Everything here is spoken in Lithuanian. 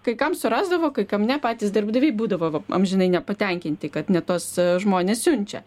kai kam surasdavo kai kam ne patys darbdaviai būdavo amžinai nepatenkinti kad ne tuos žmones siunčia